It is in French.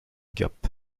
gap